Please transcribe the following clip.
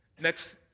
next